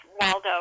Waldo